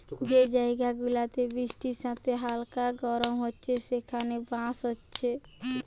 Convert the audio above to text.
যে জায়গা গুলাতে বৃষ্টির সাথে হালকা গরম হচ্ছে সেখানে বাঁশ হচ্ছে